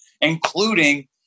including